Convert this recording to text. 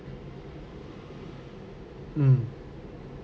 mm